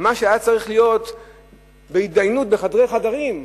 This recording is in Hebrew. מה שהיה צריך להיות בהתדיינות בחדרי חדרים,